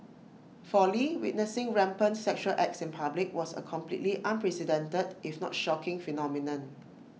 for lee witnessing rampant sexual acts in public was A completely unprecedented if not shocking phenomenon